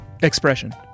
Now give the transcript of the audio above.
Expression